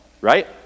right